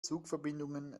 zugverbindungen